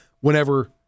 whenever